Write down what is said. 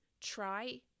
try